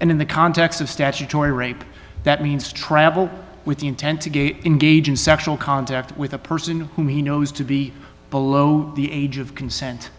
and in the context of statutory rape that means travel with the intent to gape engage in sexual contact with a person whom he knows to be below the age of consent